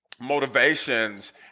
motivations